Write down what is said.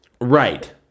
Right